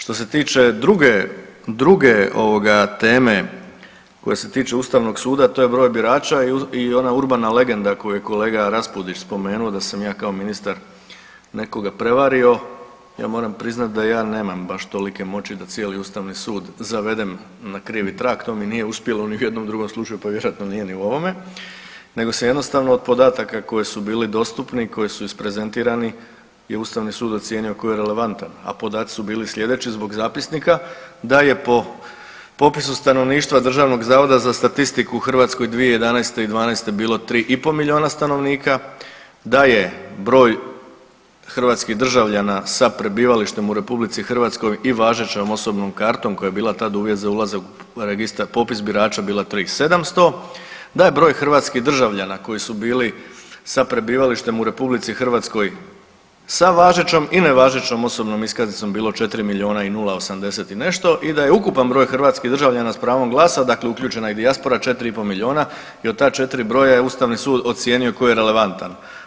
Što se tiče druge, druge ovoga teme koja se tiče ustavnog suda, to je broj birača i ona urbana legenda koju je kolega Raspudić spomenuo da sam ja kao ministar nekoga prevario, ja moram priznat da ja nemam baš tolike moći da cijeli ustavni sud zavedem na krivi trag, to mi nije uspjelo ni u jednom drugom slučaju, pa vjerojatno nije ni u ovome, nego se jednostavno od podataka koji su bili dostupni i koji su isprezentirani je ustavni sud ocijenio tko je relevantan, a podaci su bili slijedeći zbog zapisnika da je po popisu stanovništva Državnog zavoda za statistiku u Hrvatskoj 2011. i '12. bilo 3,5 milijuna stanovnika, da je broj hrvatskih državljana sa prebivalištem u RH i važećom osobnom kartom koja je bila tad uvjet za ulazak u registar popis birača bila 3700, da je broj hrvatskih državljana koji su bili sa prebivalištem u RH sa važećom i nevažećom osobnom iskaznicom bilo 4 milijuna i 0,80 i nešto i da je ukupan broj hrvatskih državljana s pravom glasa, dakle uključena i dijaspora 4,5 milijuna i od ta 3 broja je Ustavni sud ocijenio koji je relevantan.